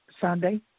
Sunday